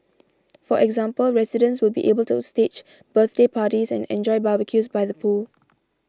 for example residents will be able to stage birthday parties and enjoy barbecues by the pool